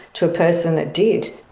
to a person that did.